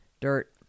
dirt